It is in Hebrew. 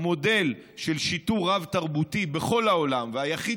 המודל של שיטור רב-תרבותי בכל העולם והיחיד